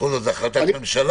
בכל זאת, זאת החלטת ממשלה.